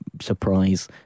surprise